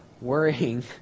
worrying